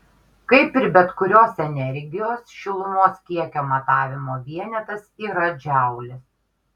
kaip ir bet kurios energijos šilumos kiekio matavimo vienetas yra džaulis